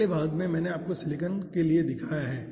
अगले भाग में मैंने आपको सिलिकॉन के लिए दिखाया है